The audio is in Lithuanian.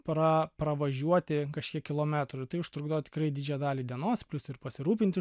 pra pravažiuoti kažkiek kilometrų tai užtrukdavo tikrai didžiąją dalį dienos plius ir pasirūpinti